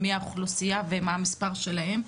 מי האוכלוסייה ומה המספר שלהם,